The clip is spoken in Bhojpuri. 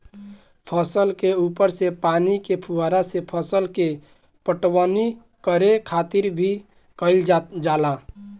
फसल के ऊपर से पानी के फुहारा से फसल के पटवनी करे खातिर भी कईल जाला